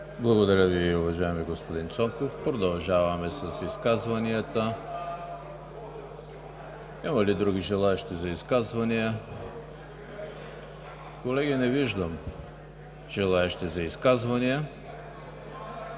Благодаря Ви, уважаеми господин Цонков. Продължаваме с изказванията. Има ли други желаещи за изказвания? Колеги, не виждам желаещи. Закривам